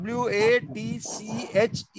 watch